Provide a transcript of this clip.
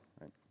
right